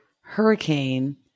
hurricane